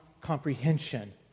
comprehension